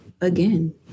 again